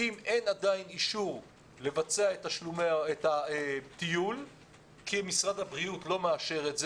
אם אין עדיין אישור לבצע את הטיול כי משרד הבריאות לא מאשר,